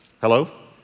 Hello